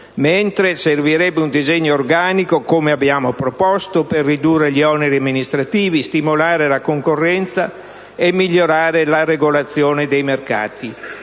mentre servirebbe un disegno organico, come abbiamo proposto, per ridurre gli oneri amministrativi, stimolare la concorrenza e migliorare la regolazione dei mercati.